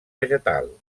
vegetal